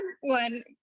one